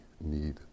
need